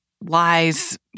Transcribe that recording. lies